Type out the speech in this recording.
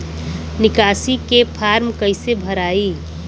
निकासी के फार्म कईसे भराई?